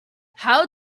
how